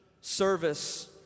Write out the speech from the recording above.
service